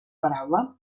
paraula